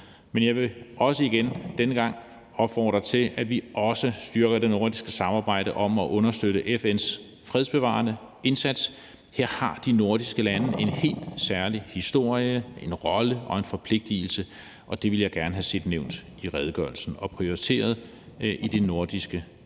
Men jeg vil også denne gang opfordre til, at vi også styrker det nordiske samarbejde om at understøtte FN's fredsbevarende indsats. Her har de nordiske lande en helt særlig historie, en rolle og en forpligtigelse, og det ville jeg gerne have set nævnt i redegørelsen og prioriteret i det nordiske